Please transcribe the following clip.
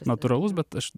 natūralus bet aš